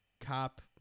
cop